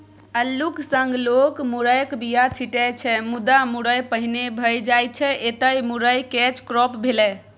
अल्लुक संग लोक मुरयक बीया छीटै छै मुदा मुरय पहिने भए जाइ छै एतय मुरय कैच क्रॉप भेलै